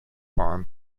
foreign